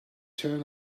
turn